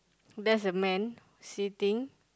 there's a man sitting